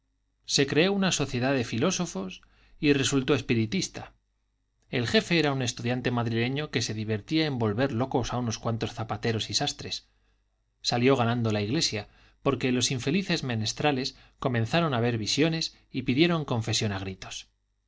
se creó una sociedad de filósofos y resultó espiritista el jefe era un estudiante madrileño que se divertía en volver locos a unos cuantos zapateros y sastres salió ganando la iglesia porque los infelices menestrales comenzaron a ver visiones y pidieron